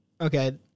Okay